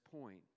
point